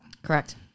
Correct